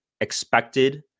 expected